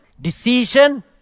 decision